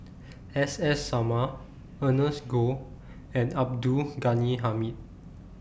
S S Sarma Ernest Goh and Abdul Ghani Hamid